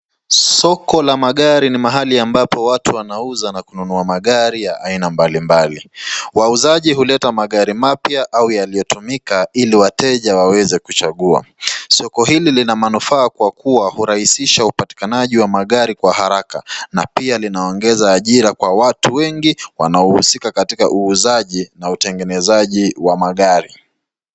Soko la magari ni mahali ambapo watu wanauza na kununua magari ya aina mbalimbali. Wauzaji huleta magari mapya au yaliyotumika ili wateja waweze kuchagua, soko hili ina manufaa kwa kuwa hurahisisha upatikanaji wa magari kwa haraka na pia linaongeza ajira kwa watu wengi wanaohusika katika uuzaji na utengenezaji wa magari.